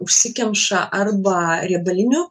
užsikemša arba riebalinių